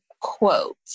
quote